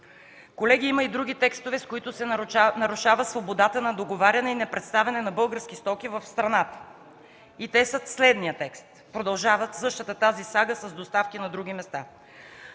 Колеги, има и други текстове, с които се нарушава свободата на договаряне и на представяне на български стоки в страната. Те са в следния текст, продължават същата тази сага с доставки на други места: